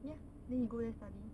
yes then he go there study